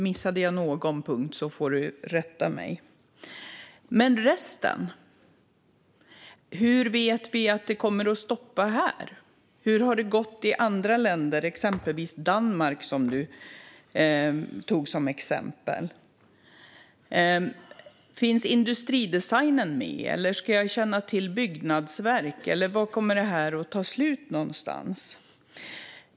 Missade jag någon punkt får du rätta mig. Men resten? Hur vet vi att det kommer att stanna här? Hur har det gått i andra länder, exempelvis Danmark som du tog upp? Finns industridesign med? Ska jag känna till byggnadsverk? Var kommer det att ta slut?